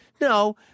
No